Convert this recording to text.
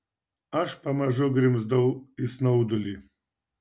aš pamažu grimzdau į snaudulį